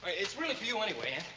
it's really for you anyway,